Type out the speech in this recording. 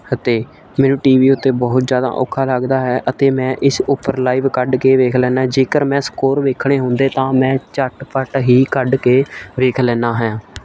ਅਤੇ ਮੈਨੂੰ T V ਉੱਤੇ ਬਹੁਤ ਜ਼ਿਆਦਾ ਔਖਾ ਲੱਗਦਾ ਹੈ ਅਤੇ ਮੈਂ ਇਸ ਉੱਪਰ ਲਾਈਵ ਕੱਢ ਕੇ ਵੇਖ ਲੈਂਦਾ ਜੇਕਰ ਮੈਂ ਸਕੋਰ ਵੇਖਣੇ ਹੁੰਦੇ ਤਾਂ ਮੈਂ ਝੱਟ ਪੱਟ ਹੀ ਕੱਢ ਕੇ ਵੇਖ ਲੈਂਦਾ ਹਾਂ